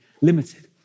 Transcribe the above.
limited